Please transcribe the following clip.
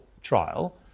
trial